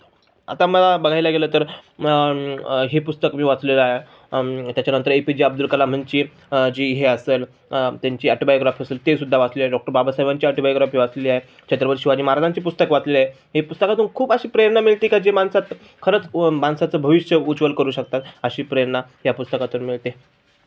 आता मला बघायला गेलं तर हे पुस्तक मी वाचलेलं आहे त्याच्यानंतर ए पी जे अब्दुल कलामांची जी हे असेल त्यांची ऑटोबायोग्राफी असेल ते सुद्धा वाचले डॉक्टर बाबासाहेबांची ऑटोबायोग्राफी वाचली आहे छत्रपती शिवाजी महाराजांची पुस्तक वाचले आहे हे पुस्तकातून खूप अशी प्रेरणा मिळते का जी माणसात खरंच माणसाचं भविष्य उज्वल करू शकतात अशी प्रेरणा या पुस्तकातून मिळते